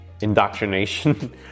indoctrination